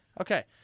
Okay